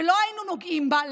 ולא היינו נוגעים בה.